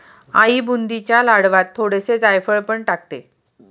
आई बुंदीच्या लाडवांत थोडेसे जायफळ पण टाकते